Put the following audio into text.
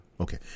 okay